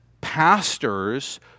pastors